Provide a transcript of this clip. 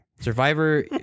Survivor